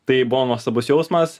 tai buvo nuostabus jausmas